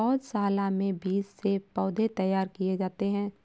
पौधशाला में बीज से पौधे तैयार किए जाते हैं